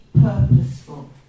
purposeful